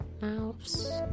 mouse